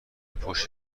پشت